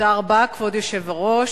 כבוד היושב-ראש,